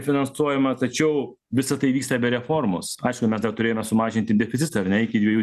finansuojama tačiau visa tai vyksta be reformos aišku mes dar turėjome sumažinti deficitą ar ne iki dviejų